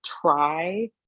try